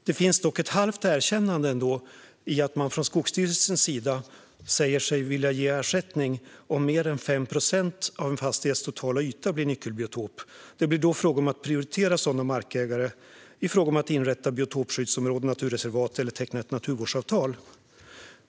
Dock finns ett halvt erkännande i att man från Skogsstyrelsens sida säger sig vilja ge ersättning om mer än 5 procent av en fastighets totala yta blir nyckelbiotop. Det blir då fråga om att prioritera sådana markägare när man inrättar biotopskyddsområden eller naturreservat eller tecknar ett naturvårdsavtal.